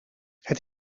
het